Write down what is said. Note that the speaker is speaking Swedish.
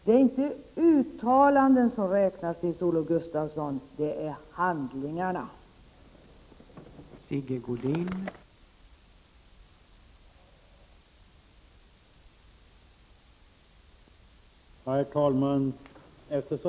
Det är inte uttalanden som räknas, Nils-Olof Gustafsson, utan det är handlingarna som räknas!